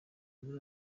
muri